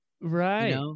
right